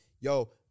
Yo